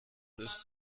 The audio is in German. ist